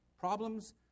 Problems